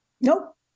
Nope